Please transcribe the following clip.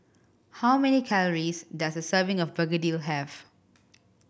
how many calories does a serving of begedil have